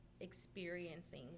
experiencing